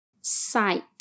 sight